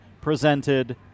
presented